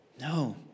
No